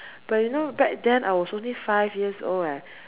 but you know back then I was only five years old leh